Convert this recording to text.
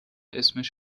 اسمش